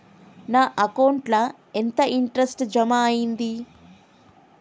నా అకౌంట్ ల ఎంత ఇంట్రెస్ట్ జమ అయ్యింది?